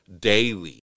daily